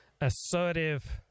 assertive